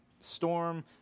storm